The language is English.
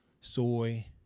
soy